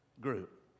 group